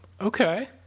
Okay